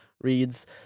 reads